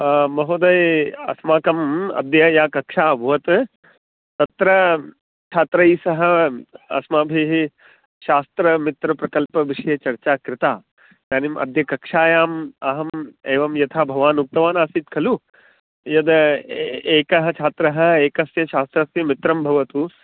महोदयः अस्माकं अद्य या कक्षा अभवत् तत्र छात्रैस्सह अस्माभिः शास्त्रमित्रप्रकल्पविषये चर्चा कृता इदानीमद्य कक्षायाम् अहम् एवं यथा भवान् उक्तवान् आसीत् खलु यद् ए एकः छात्रः एकस्य शास्त्रस्य मित्रं भवतु